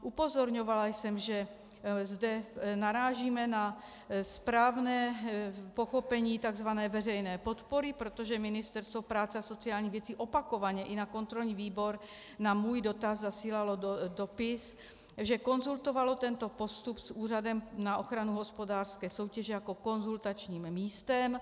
Upozorňovala jsem, že zde narážíme na správné pochopení takzvané veřejné podpory, protože Ministerstvo práce a sociálních věcí opakovaně i na kontrolní výbor na můj dotaz zasílalo dopis, že konzultovalo tento postup s Úřadem na ochranu hospodářské soutěže jako konzultačním místem.